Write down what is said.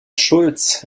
schultz